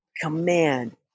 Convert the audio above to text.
command